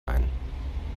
ein